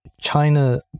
China